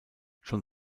schon